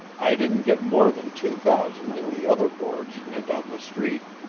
i didn't get more than two thousand in the other boards and on the street.